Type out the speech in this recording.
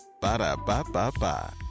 Ba-da-ba-ba-ba